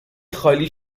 خالی